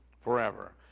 forever